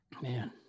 Man